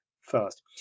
first